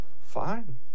Fine